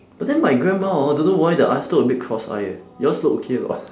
but then my grandma hor don't know why the eyes look a bit cross eye eh yours look okay or not